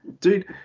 Dude